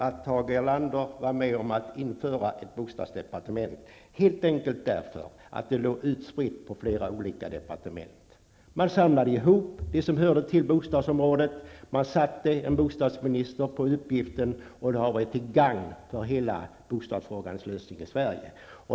Att Tage Erlander var med om att inrätta ett bostadsdepartement berodde helt enkelt på att bostadsfrågorna låg utspridda på olika departement. Man samlade ihop det som hörde till bostadsområdet, man satte en bostadsminister på uppgiften, och det har varit till gagn för hela bostadsfrågans lösning i Sverige.